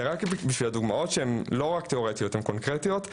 בשביל הדוגמאות שהן לא רק תיאורטיות אלא גם קונקרטיות.